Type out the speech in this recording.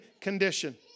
condition